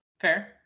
Fair